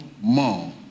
more